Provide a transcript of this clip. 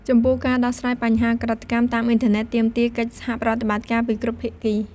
ចំពោះការដោះស្រាយបញ្ហាឧក្រិដ្ឋកម្មតាមអ៊ីនធឺណិត ទាមទារ កិច្ចសហប្រតិបត្តិការពីគ្រប់ភាគី។